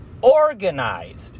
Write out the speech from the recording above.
organized